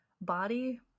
body